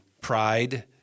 pride